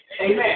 Amen